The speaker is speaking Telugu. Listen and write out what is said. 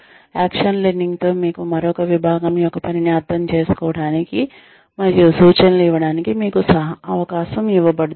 యాక్షన్ లెర్నింగ్ లో మీకు మరొక విభాగం యొక్క పనిని అర్థం చేసుకోవడానికి మరియు సూచనలు ఇవ్వడానికి మీకు అవకాశం ఇవ్వబడుతుంది